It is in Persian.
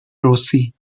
رسی